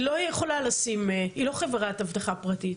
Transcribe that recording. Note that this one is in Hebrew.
היא לא חברת אבטחה פרטית.